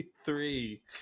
three